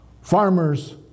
farmers